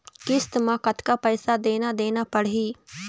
किस्त म कतका पैसा देना देना पड़ही?